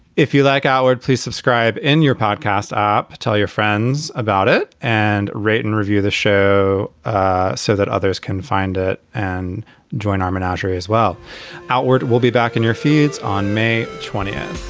if you like our please subscribe in your podcast up, tell your friends about it and write and review the show ah so that others can find it and join armin ottery as well outward we'll be back in your foods on may twentieth.